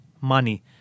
money